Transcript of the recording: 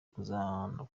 kuzaba